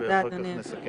ואחר כך נסכם.